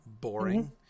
boring